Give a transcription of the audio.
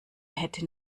hätte